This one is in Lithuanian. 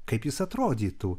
kaip jis atrodytų